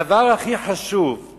הדבר הכי חשוב הוא